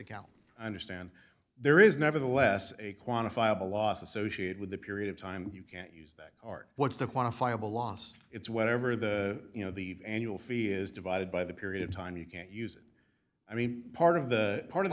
account i understand there is nevertheless a quantifiable loss associated with a period of time you can't use that art what's the quantifiable loss it's whatever the you know the annual fee is divided by the period of time you can't use it i mean part of the part of